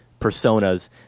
personas